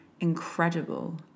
incredible